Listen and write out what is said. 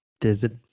Desert